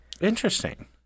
Interesting